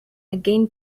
again